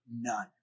none